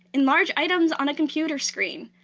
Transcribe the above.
enlarge items on a computer screen,